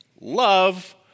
love